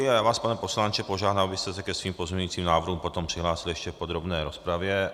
Já vás, pane poslanče, požádám, abyste se ke svým pozměňujícím návrhům potom přihlásil ještě v podrobné rozpravě.